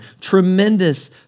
tremendous